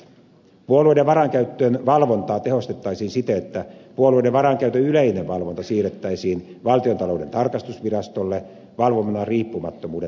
puolueiden varainkäytön valvontaa tehostettaisiin siten että puolueiden varainkäytön yleinen valvonta siirretäisiin valtiontalouden tarkastusvirastolle valvonnan riippumattomuuden turvaamiseksi